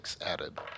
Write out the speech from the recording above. added